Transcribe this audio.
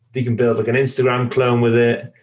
they can build like an instagram clone with it.